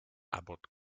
abbott